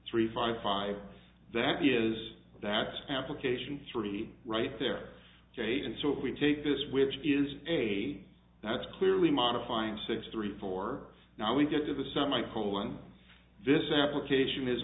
three five five that is that application three right there jay and so if we take this which is a that's clearly modifying six three four now we get to the semi colon this application is